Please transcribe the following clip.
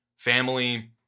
family